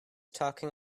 talking